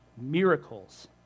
miracles